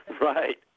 Right